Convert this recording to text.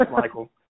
Michael